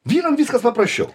vyram viskas paprasčiau